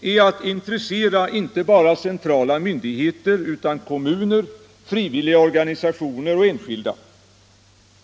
är att intressera inte bara centrala myndigheter utan också kommuner, frivilliga organisationer och enskilda.